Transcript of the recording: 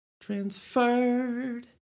Transferred